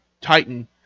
Titan